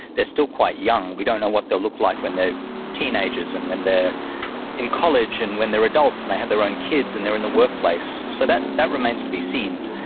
they're still quite young. we don't know what they'll look like when they're teenagers and when they're in college, and when they're adults and they have their own kids and they're in the workplace. so that that remains to be seen.